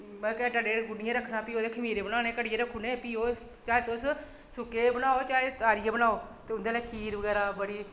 ते घैंटा डेढ़ गुन्नियै रक्खना भी ओह्दे खमीरे बनाने घड़ियै रक्खी ओड़ने ते भी चाह् तुस सुक्के बनाओ चाहे तुस तारियै बनाओ ते उं'दे नै खीर बगैरा बड़ी